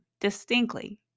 distinctly